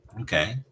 okay